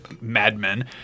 Madmen